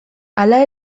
hala